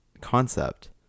concept